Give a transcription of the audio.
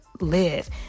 live